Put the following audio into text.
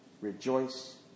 Rejoice